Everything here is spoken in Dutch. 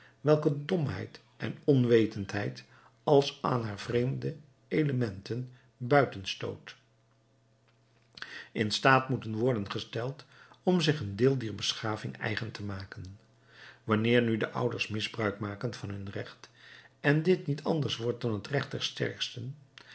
welke domheid en onwetendheid als aan haar vreemde elementen buiten stoot in staat moeten worden gesteld om zich een deel dier beschaving eigen te maken wanneer nu de ouders misbruik maken van hun recht en dit niet anders wordt dan het recht des sterksten